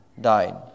died